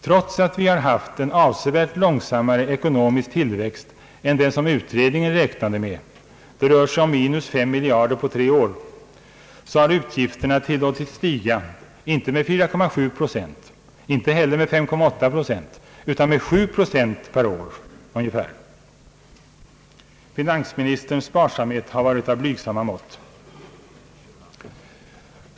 Trots att vi haft en avsevärt långsammare ekonomisk tillväxt än den som utredningen räknade med — det rör sig om 5 miljarder på tre år — har utgifterna tillåtits stiga inte med 4,7 procent, inte heller med 53,8 procent utan med ungefär 7 procent per år. Finansministerns sparsamhet har varit av blygsamma mått.